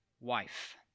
wife